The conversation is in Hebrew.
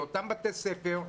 לאותם בתי ספר,